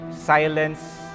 silence